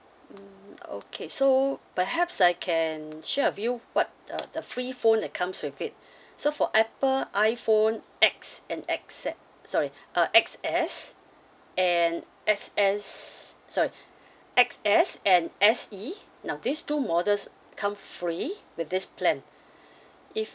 um okay so perhaps I can share with you what uh the free phone that comes with it so for apple iphone X and X Z sorry uh X_S and X_S sorry X_S and S_E now these two models come free with this plan if